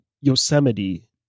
Yosemite